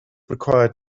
required